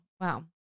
wow